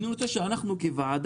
אז אני רוצה שאנחנו כוועדה,